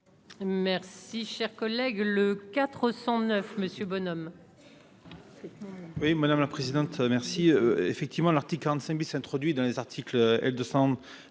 Merci, cher collègue, le 409 Monsieur bonhomme.